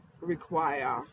require